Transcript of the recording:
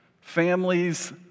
Families